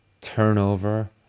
turnover